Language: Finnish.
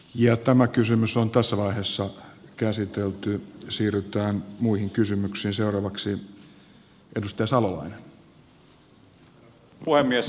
ja tämä kysymys on tässä vaiheessa käsitelty siirtää muihin kysymyksiin saa herra puhemies